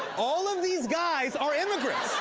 all of these guys are immigrants.